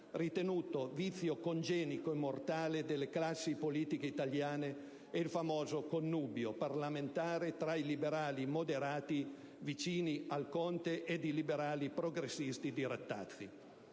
ritenuto vizio congenito e mortale delle classi politiche italiane, è il famoso «connubio» parlamentare tra i liberali moderati vicini al conte ed i liberali progressisti di Rattazzi,